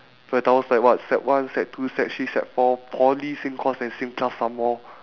fedaus like what sec one sec two sec three sec four poly same course and same class some more